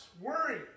worry